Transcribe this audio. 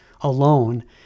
alone